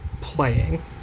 playing